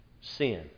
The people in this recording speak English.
sin